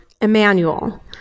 emmanuel